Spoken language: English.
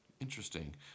Interesting